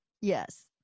Yes